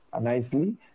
nicely